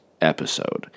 episode